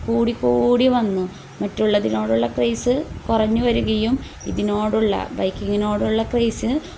കൂടിക്കൂടി വന്നു മറ്റുള്ളതിനോടുള്ള ക്രൈസ് കുറഞ്ഞു വരികയും ഇതിനോടുള്ള ബൈക്കിങ്ങിനോടുള്ള ക്രൈസ്